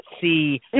see